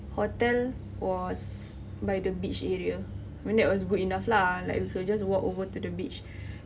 hotel was by the beach area I mean that was good enough lah like we could've just walked over to the beach